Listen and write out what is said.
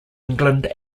england